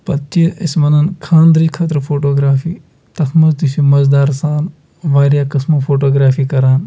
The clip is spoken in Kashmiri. پَتہٕ چھِ أسۍ وَنن خانٛدرٕ خٲطرٕ فوٹوگرافی تَتھ منٛز تہِ چھِ مَزٕدار سان واریاہ قٕسمو فوٹوگرافی کَران